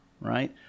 right